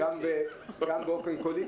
באופן כללי,